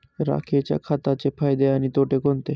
राखेच्या खताचे फायदे आणि तोटे कोणते?